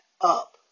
up